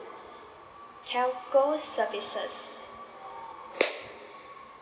telco services